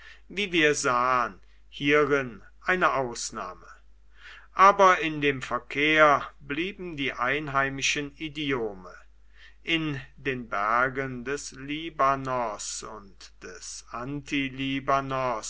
wie wir sahen hierin eine ausnahme aber in dem verkehr blieben die einheimischen idiome in den bergen des libanos und des